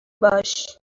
باش